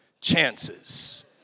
chances